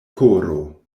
koro